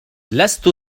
لست